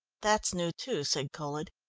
that's new too, said colhead.